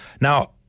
Now